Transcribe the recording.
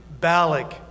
Balak